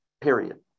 period